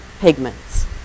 pigments